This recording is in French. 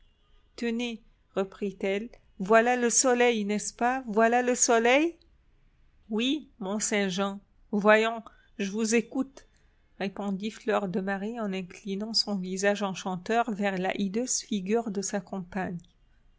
tenez reprit-elle voilà le soleil n'est-ce pas voilà le soleil oui mont-saint-jean voyons je vous écoute répondit fleur de marie en inclinant son visage enchanteur vers la hideuse figure de sa compagne